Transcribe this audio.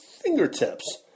fingertips